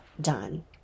done